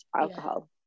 alcohol